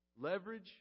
leverage